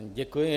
Děkuji.